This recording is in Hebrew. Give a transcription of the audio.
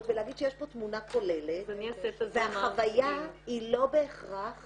ולהגיד שיש פה תמונה כוללת והחוויה היא לא בהכרח